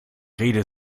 rede